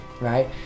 right